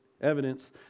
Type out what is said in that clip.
evidence